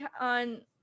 on